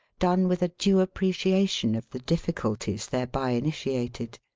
done with a due appreciation of the difficulties thereby initiated.